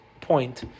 point